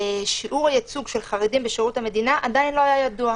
שיעור הייצוג של החרדים בשירות המדינה עדיין לא היה ידוע.